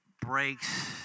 breaks